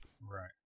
Right